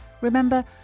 Remember